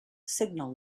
signal